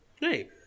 hey